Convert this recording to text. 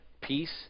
peace